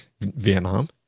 Vietnam